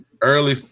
early